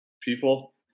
people